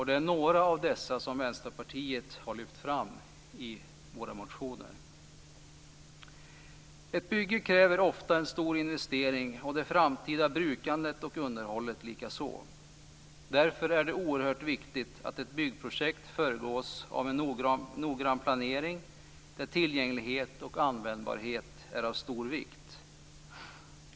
Det är några av dessa som vi har lyft fram i Vänsterpartiets motioner. Ett bygge kräver ofta en stor investering, och det framtida brukandet och underhållet likaså. Därför är det oerhört viktigt att ett byggprojekt föregås av en noggrann planering, där tillgänglighet och användbarhet är av stor vikt.